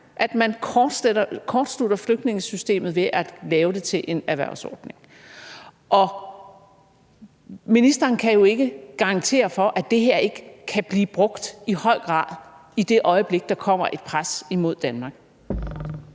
At man kortslutter flygtningesystemet ved at lave det en erhvervsordning. Og ministeren kan jo ikke garantere for, at det her ikke kan blive brugt i høj grad i det øjeblik, der kommer et pres imod Danmark.